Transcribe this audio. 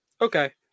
Okay